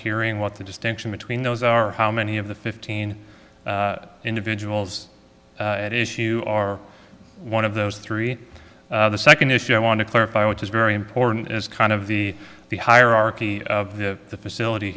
hearing what's the distinction between those are how many of the fifteen individuals at issue are one of those three the second issue i want to clarify which is very important is kind of the the hierarchy of the the facility